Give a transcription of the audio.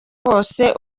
bose